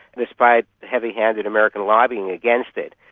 despite heavy-handed american lobbying against it.